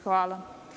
Hvala.